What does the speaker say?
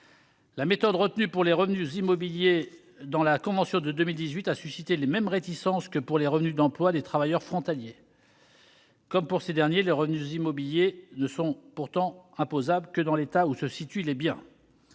La méthode retenue pour les revenus immobiliers dans la convention de 2018 a suscité les mêmes réticences que celle qui concerne les revenus d'emploi des travailleurs frontaliers. Comme pour ces derniers, les revenus immobiliers ne sont pourtant imposables que dans l'État où se situent les biens.